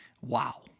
Wow